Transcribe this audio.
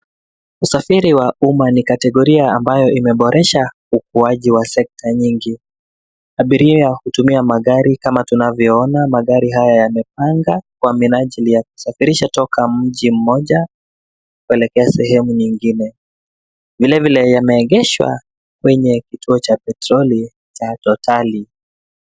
Usafiri wa uma ni kategoria ambayo imeboresha ukuaji wa sekta nyingi. Abiria hutumia magari kama tunavyoona magari haya yamepanga kwa minajili ya kusafiri kutoka mji mmoja kuelekea sehemu nyingine. Vilevile yameegeshwa kwenye kituo cha petroli cha totali.